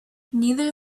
neither